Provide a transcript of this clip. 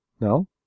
No